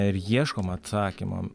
ir ieškom atsakymo